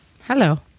Hello